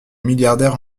milliardaire